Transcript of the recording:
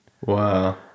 Wow